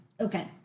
Okay